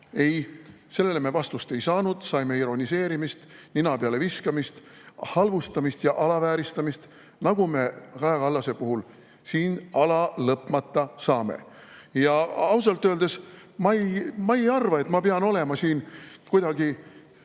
Ei, sellele me vastust ei saanud. Saime ironiseerimist, nina peale viskamist, halvustamist ja alavääristamist, nagu me Kaja Kallase puhul siin alalõpmata saame. Ja ausalt öeldes ma ei arva, et ma pean olema siin, nagu